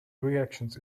reactions